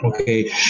Okay